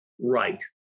right